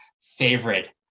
favorite